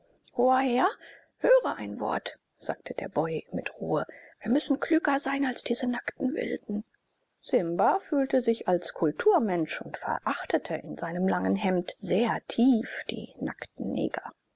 hoher herr höre ein wort sagte der boy mit ruhe wir müssen klüger sein als diese nackten wilden simba fühlte sich als kulturmensch und verachtete in seinem langen hemd sehr tief die nackten neger